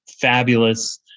fabulous